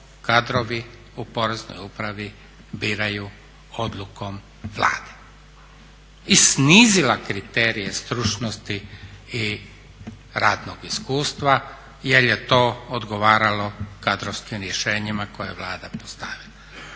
kadrovi u Poreznoj upravi biraju odlukom Vlade i snizila kriterije stručnosti i radnog iskustva jer je to odgovaralo kadrovskim rješenjima koje je Vlada postavila.